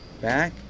Back